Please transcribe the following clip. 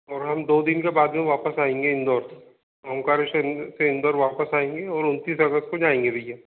और हम दो दिन के बाद में वापस आयेंगे इंदौर से ओंकारेश्वर से इंदौर वापस आयेंगे और उन्तीस अगस्त जायेंगे भईया